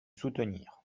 soutenir